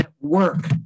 work